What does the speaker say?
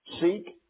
Seek